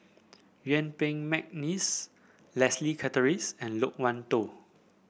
Yuen Peng McNeice Leslie Charteris and Loke Wan Tho